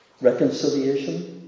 reconciliation